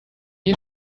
you